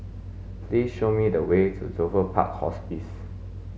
please show me the way to Dover Park Hospice